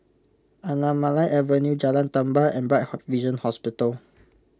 Anamalai Avenue Jalan Tambur and Bright Vision Hospital